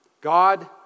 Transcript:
God